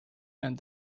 end